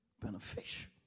beneficial